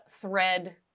thread